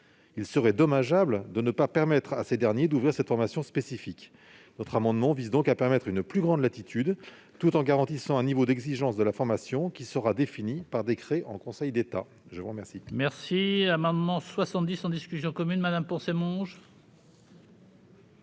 Il serait dommageable de ne pas permettre à ces instituts d'offrir cette formation spécifique. Notre amendement vise donc à offrir une plus grande latitude, tout en garantissant un niveau d'exigence de la formation qui sera défini par décret en Conseil d'État. L'amendement